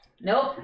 Nope